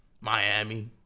Miami